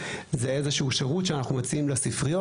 זה איזשהו שירות שאנחנו מציעים לספריות.